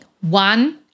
one